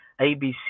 ABC